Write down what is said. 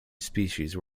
species